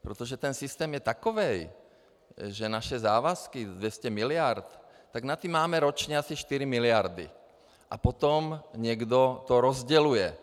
Protože ten systém je takový, že naše závazky 200 mld., tak na ty máme ročně asi 4 mld. a potom někdo to rozděluje.